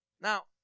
Now